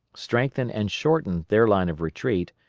strengthen and shorten their line of retreat,